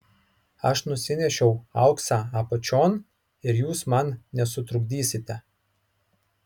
aš nusinešiau auksą apačion ir jūs man nesutrukdysite